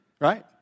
right